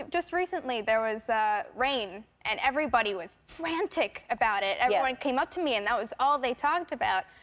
just recently, there was rain and everybody was frantic about it. everyone came up to me and that was all they talked about.